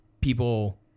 people